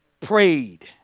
prayed